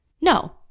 no